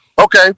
Okay